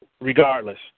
regardless